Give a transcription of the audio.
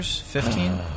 Fifteen